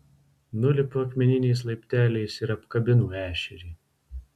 nulipu akmeniniais laipteliais ir apkabinu ešerį